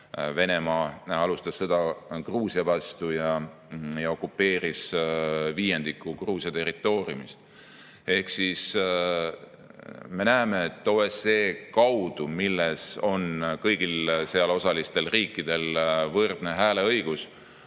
Venemaa alustas sõda Gruusia vastu ja okupeeris viiendiku Gruusia territooriumist. Ehk siis me näeme, et OSCE kaudu, milles on kõigil osalistel riikidel võrdne hääleõigus,